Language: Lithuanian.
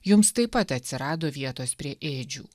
jums taip pat atsirado vietos prie ėdžių